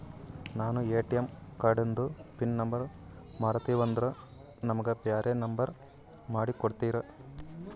ನಾನು ಎ.ಟಿ.ಎಂ ಕಾರ್ಡಿಂದು pin number ಮರತೀವಂದ್ರ ನಮಗ ಬ್ಯಾರೆ ನಂಬರ್ ಮಾಡಿ ಕೊಡ್ತೀರಿ?